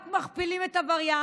רק מכפילים את הווריאנט.